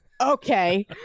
okay